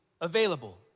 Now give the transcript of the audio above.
available